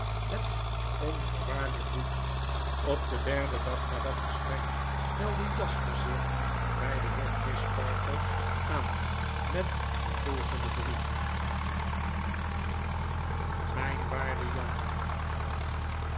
het onvoorwaardelijk doet op den derden dag na dat gesprek meldde jasper zich bij den heer crisparkle aan met den volgenden brief mijn waarde jan